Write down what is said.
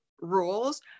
rules